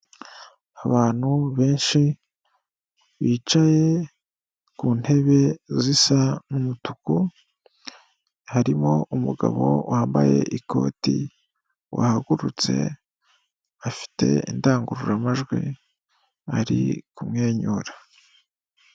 Abantu benshi bicaye ku ntebe zisa n'umutuku, harimo umugabo wambaye ikoti wahagurutse afite indangururamajwi ari kumwenyura.